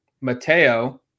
Mateo